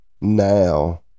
now